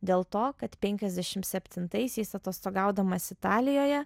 dėl to kad penkiasdešim septintaisiais atostogaudamas italijoje